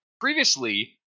previously